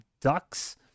Ducks